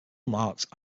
marked